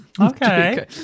okay